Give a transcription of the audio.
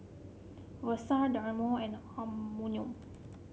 Versace Diadora and Anmum